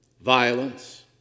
violence